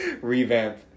Revamp